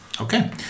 Okay